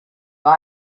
war